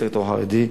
הסקטור החרדי,